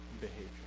behavior